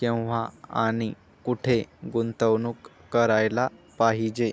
केव्हा आणि कुठे गुंतवणूक करायला पाहिजे